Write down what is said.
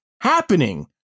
happening